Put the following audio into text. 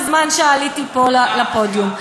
בזמן שעליתי פה לפודיום.